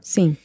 Sim